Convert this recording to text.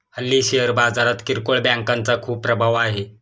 हल्ली शेअर बाजारात किरकोळ बँकांचा खूप प्रभाव आहे